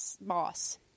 boss